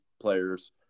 players